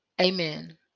Amen